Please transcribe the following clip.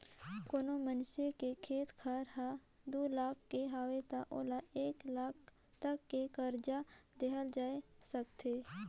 कोनो मइनसे के खेत खार हर दू लाख के हवे त ओला एक लाख तक के करजा देहल जा सकथे